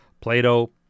Plato